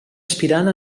aspirant